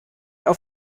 auf